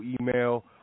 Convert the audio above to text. email